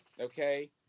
okay